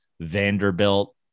Vanderbilt